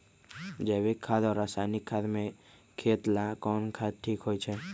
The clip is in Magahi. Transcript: जैविक खाद और रासायनिक खाद में खेत ला कौन खाद ठीक होवैछे?